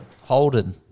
Holden